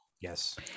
Yes